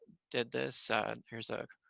did this here's a,